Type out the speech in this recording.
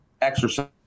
Exercise